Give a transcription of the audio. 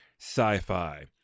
sci-fi